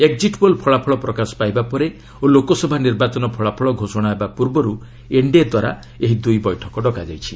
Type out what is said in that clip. exit poll ଫଳାଫଳ ପ୍ରକାଶ ପାଇବା ପରେ ଓ ଲୋକସଭା ନିର୍ବାଚନ ଫଳାଫଳା ଘୋଷଣା ହେବା ପୂର୍ବର୍ ଏନ୍ଡିଏ ଦ୍ୱାରା ଏହି ଦୂଇ ବୈଠକ ଡକାଯାଇଛି